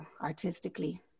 artistically